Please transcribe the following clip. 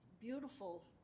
beautiful